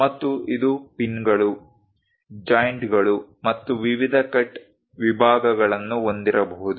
ಮತ್ತು ಇದು ಪಿನ್ಗಳು ಜಾಯಿಂಟ್ಗಳು ಮತ್ತು ವಿವಿಧ ಕಟ್ ವಿಭಾಗಗಳನ್ನು ಹೊಂದಿರಬಹುದು